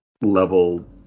level